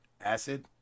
acid